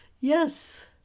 Yes